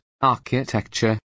architecture